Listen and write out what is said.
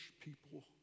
people